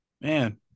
man